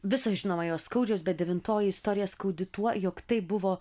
visos žinoma jos skaudžios bet devintoji istorija skaudi tuo jog tai buvo